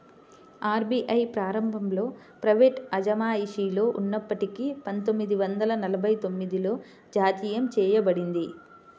RBI ప్రారంభంలో private అజమాయిషిలో ఉన్నప్పటికీ పందొమ్మిది వందల నలభై తొమ్మిదిలో జాతీయం చేయబడింది